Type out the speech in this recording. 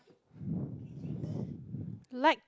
liked